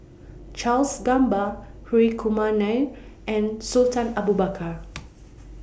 Charles Gamba Hri Kumar Nair and Sultan Abu Bakar